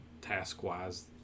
task-wise